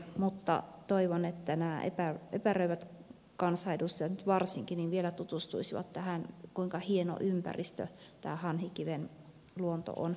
mutta toivon että nämä epäröivät kansanedustajat nyt varsinkin vielä tutustuisivat tähän kuinka hieno ympäristö tämä hanhikiven luonto on